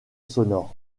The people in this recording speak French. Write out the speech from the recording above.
sonore